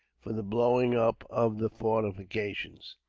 for the blowing up of the fortifications.